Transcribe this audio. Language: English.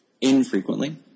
Infrequently